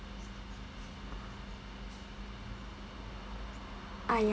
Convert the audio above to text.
ah ya